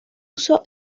uso